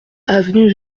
avenue